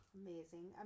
amazing